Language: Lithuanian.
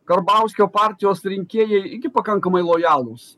karbauskio partijos rinkėjai irgi pakankamai lojalūs